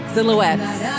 Silhouettes